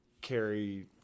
carry